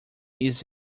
trees